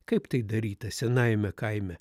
kaip tai daryta senajame kaime